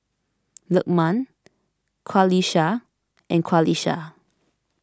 Lukman Qalisha and Qalisha